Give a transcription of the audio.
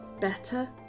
better